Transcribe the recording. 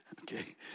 Okay